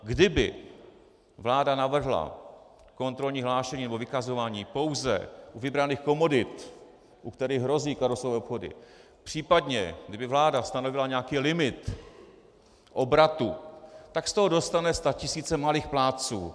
Kdyby vláda navrhla kontrolní hlášení nebo vykazování pouze vybraných komodit, u kterých hrozí karuselové obchody, případně kdyby vláda stanovila nějaký limit obratu, tak z toho dostane statisíce malých plátců.